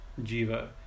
Jiva